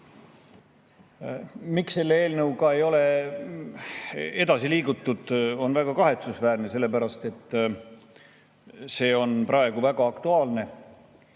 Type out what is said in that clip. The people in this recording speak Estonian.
et selle eelnõuga ei ole edasi liigutud, on väga kahetsusväärne, sellepärast et see on praegu väga aktuaalne